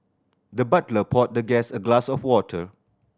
the butler poured the guest a glass of water